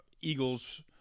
Eagles